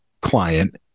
client